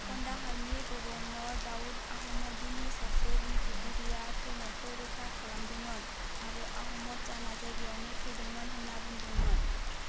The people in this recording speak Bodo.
खन्डाहारनि गभर्नर दाउद आहमदीनि सासे बुंथिगिरया थैनायखौ रोखा खालामदोंमोन आरो आहमद जाना जायगायावनो थैदोंमोन होन्ना बुंदोंमोन